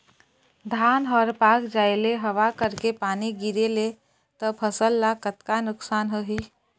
धान हर पाक जाय ले हवा करके पानी गिरे ले त फसल ला कतका नुकसान होही?